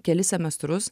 kelis semestrus